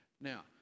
Now